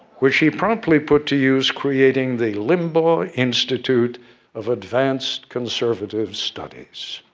which he promptly put to use creating the limbaugh institute of advanced conservative studies.